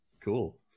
cool